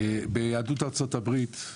ביהדות ארצות-הברית,